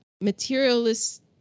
materialist